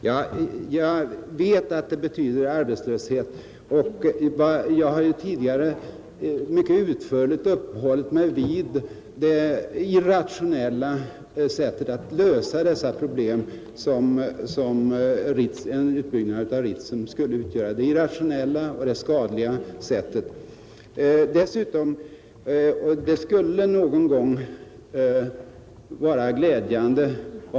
Herr talman! Jag vet att det betyder arbetslöshet, och jag har tidigare mycket utförligt uppehållit mig vid det irrationella och skadliga sätt att lösa dessa problem som en utbyggnad av Ritsem skulle innebära. Men det skulle vara glädjande om någon för en gångs skull räknade med nettosumman arbetstillfällen.